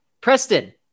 Preston